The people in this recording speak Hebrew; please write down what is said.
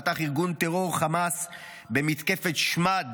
פתח ארגון הטרור חמאס במתקפת שמד